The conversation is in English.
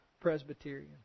Presbyterian